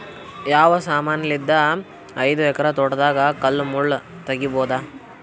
ಯಾವ ಸಮಾನಲಿದ್ದ ಐದು ಎಕರ ತೋಟದಾಗ ಕಲ್ ಮುಳ್ ತಗಿಬೊದ?